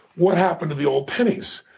what happened to the old pennies?